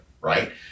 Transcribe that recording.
Right